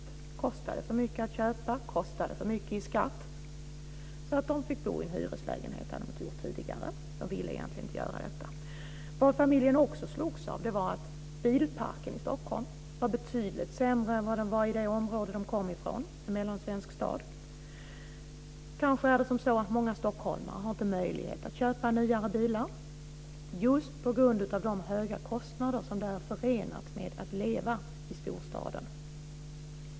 Det kostade för mycket att köpa, det kostade för mycket i skatt. De fick bo i en hyreslägenhet, det hade de gjort tidigare och ville egentligen inte göra detta. Vad familjen också slogs av var att bilparken i Stockholm var betydligt sämre än vad den var i det område de kom ifrån, en mellansvensk stad. Kanske är det så att många stockholmare inte har möjlighet att köpa nyare bilar just på grund av de höga kostnader som det är förenat med att leva i storstaden.